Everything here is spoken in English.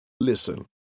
Listen